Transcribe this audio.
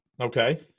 Okay